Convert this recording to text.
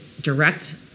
direct